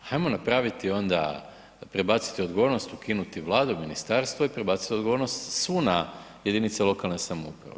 Ajmo napraviti onda, prebaciti odgovornost, ukinuti Vladu, ministarstvo i prebaciti odgovornost svu na jedinice lokalne samouprave.